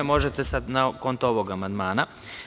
Možete sad na konto ovog amandmana.